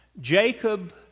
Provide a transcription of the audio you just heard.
Jacob